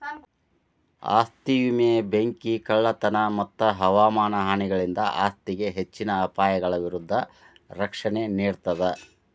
ಆಸ್ತಿ ವಿಮೆ ಬೆಂಕಿ ಕಳ್ಳತನ ಮತ್ತ ಹವಾಮಾನ ಹಾನಿಗಳಿಂದ ಆಸ್ತಿಗೆ ಹೆಚ್ಚಿನ ಅಪಾಯಗಳ ವಿರುದ್ಧ ರಕ್ಷಣೆ ನೇಡ್ತದ